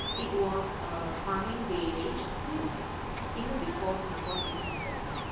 it was a farming village since even before singapore's independence.